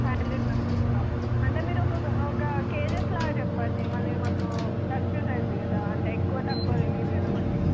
five hundred members అంటే మీరు ఒక్కొక్క ఒక కేజెస్ లాగా చెప్పండి మళ్ళీ మాకు కన్ఫ్యూజ్ అయుద్ది కదా అంటే ఎక్కువ తక్కువ తెలియదు కదా మాకు